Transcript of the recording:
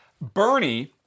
Bernie